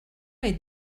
est